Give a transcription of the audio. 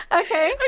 okay